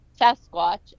Sasquatch